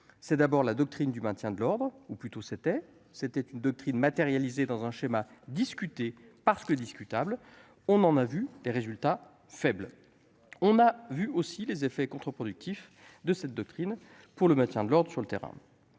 Tout d'abord, la doctrine du maintien de l'ordre : il s'agissait d'une doctrine matérialisée dans un schéma discuté, parce que discutable. On en a vu les résultats : faibles. On en a vu aussi les effets : contre-productifs pour le maintien de l'ordre sur le terrain.